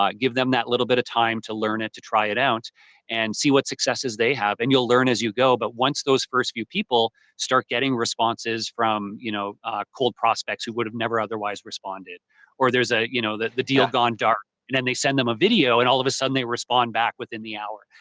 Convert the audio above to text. give them that little bit of time to learn it, to try it out and see what successes they have and you'll learn as you go but once those first few people will start getting responses from you know cold prospects, who would've never otherwise responded or there's ah you know the the deal gone dark and then they send them a video and all of a sudden they respond back within the hour,